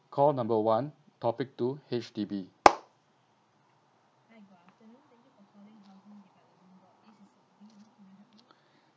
call number one topic two H_D_B